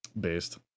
Based